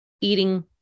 eating